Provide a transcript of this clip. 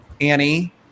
Annie